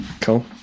Cool